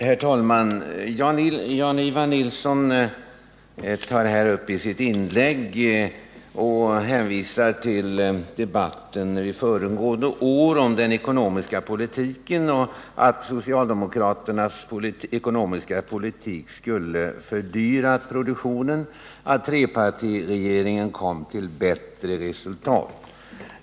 Herr talman! Jan-Ivan Nilsson hänvisar i sitt inlägg till föregående års debatt om den ekonomiska politiken och menar att socialdemokraternas ekonomiska politik skulle fördyra produktionen och att trepartiregeringen kom fram till bättre resultat.